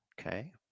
okay